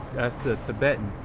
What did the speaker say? the tibetan